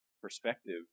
perspective